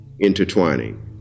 Intertwining